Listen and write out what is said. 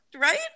Right